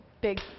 Big